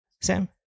Sam